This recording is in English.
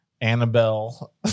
Annabelle